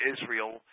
Israel